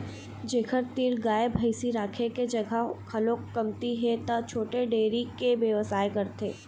जेखर तीर गाय भइसी राखे के जघा घलोक कमती हे त छोटे डेयरी के बेवसाय करथे